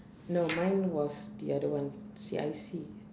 no mine was the other one C_I_C